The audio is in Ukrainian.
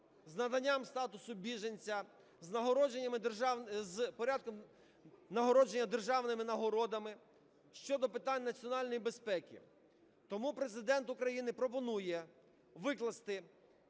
з наданням статусу біженця, з порядком нагородження державними нагородами щодо питань національної безпеки. Тому Президент України пропонує викласти